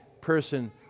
person